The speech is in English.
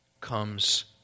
comes